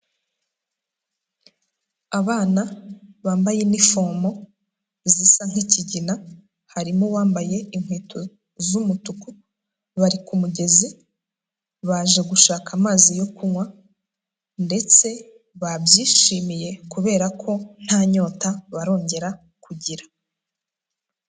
Abana bambaye inifomo zisa nk'ikigina harimo uwambaye inkweto z'umutuku, bari ku mugezi baje gushaka amazi yo kunywa ndetse babyishimiye kubera ko nta nyota barongera kugira.